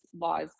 laws